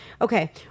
Okay